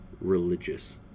religious